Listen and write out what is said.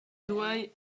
duei